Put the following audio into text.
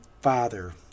father